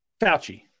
Fauci